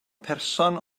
person